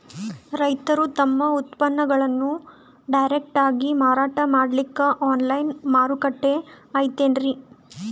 ರೈತರು ತಮ್ಮ ಉತ್ಪನ್ನಗಳನ್ನು ಡೈರೆಕ್ಟ್ ಆಗಿ ಮಾರಾಟ ಮಾಡಲಿಕ್ಕ ಆನ್ಲೈನ್ ಮಾರುಕಟ್ಟೆ ಐತೇನ್ರೀ?